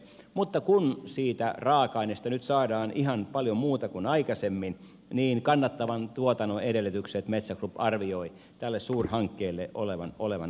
mutta kun siitä raaka aineesta nyt saadaan ihan paljon muuta kuin aikaisemmin niin kannattavan tuotannon edellytykset metsä group arvioi tälle suurhankkeelle olevan olemassa